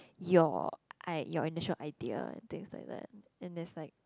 your I your initial idea and things like that and there's like